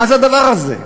מה זה הדבר הזה?